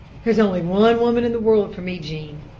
there's only one woman in the world for me, jean,